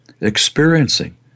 experiencing